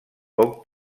poc